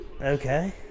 okay